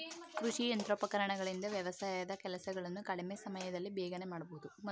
ಕೃಷಿ ಯಂತ್ರೋಪಕರಣಗಳಿಂದ ವ್ಯವಸಾಯದ ಕೆಲಸಗಳನ್ನು ಕಡಿಮೆ ಸಮಯದಲ್ಲಿ ಬೇಗನೆ ಮಾಡಬೋದು